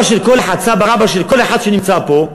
סבא-רבא של כל אחד שנמצא פה,